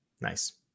nice